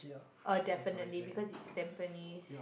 uh definitely because is Tampines